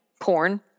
porn